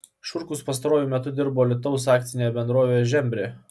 šurkus pastaruoju metu dirbo alytaus akcinėje bendrovėje žembrė